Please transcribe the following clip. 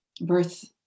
birth